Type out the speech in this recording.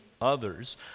others